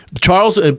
Charles